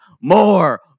more